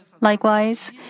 Likewise